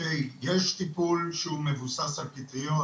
יש טיפול שהוא מבוסס על פטריות,